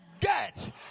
get